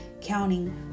counting